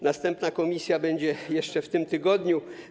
Następna komisja będzie jeszcze w tym tygodniu.